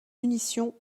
munition